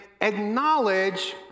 acknowledge